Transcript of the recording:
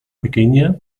pequeña